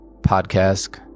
podcast